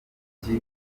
mujyi